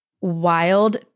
wild